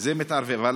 זה מתערבב.